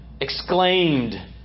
exclaimed